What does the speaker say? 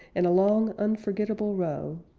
in a long unforgettable row,